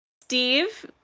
Steve